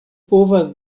povas